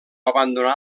abandonà